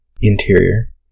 Interior